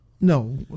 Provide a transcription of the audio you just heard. No